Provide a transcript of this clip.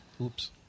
Oops